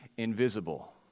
invisible